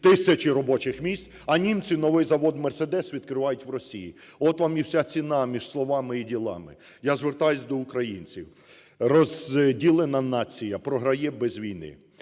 тисячі робочих місць. А німці новий завод "Meрседес" відкривають в Росії. От і вам вся ціна між словами і ділами. Я звертаюсь до українців. Розділена нація програє без війни,